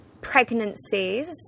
pregnancies